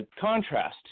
contrast